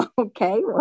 okay